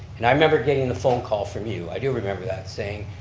and i remember getting the phone call from you, i do remember that, saying,